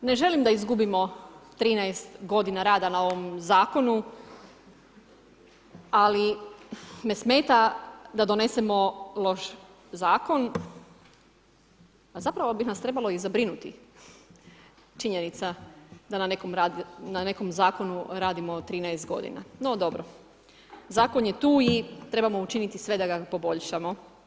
Ne želim da izgubimo 13 godina rada na ovom zakonu ali me smeta da donesemo loš zakon a zapravo bi nas trebalo i zabrinuti činjenica da na nekom zakonu radimo 13 godina, no dobro, zakon je tu i trebamo učiniti sve da ga poboljšamo.